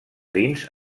dins